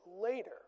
later